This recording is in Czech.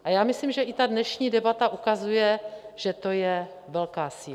A já myslím, že i ta dnešní debata ukazuje, že to je velká síla.